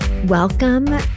Welcome